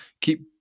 keep